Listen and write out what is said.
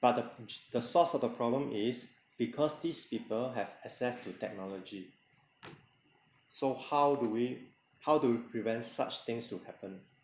but the the source of the problem is because these people have access to technology so how do we how do we prevent such things to happen